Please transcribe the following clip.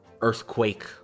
earthquake